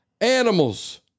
animals